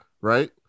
right